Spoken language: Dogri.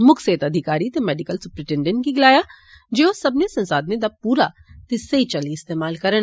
म्क्ख सेहत अधिकारी ते मैडिकल स्प्रिटेंडेंट गी गलाया जे ओ सब्बनें संसाधनें दा पूरा ते सेई चाली इस्तेमाल करन